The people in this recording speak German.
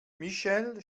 michelle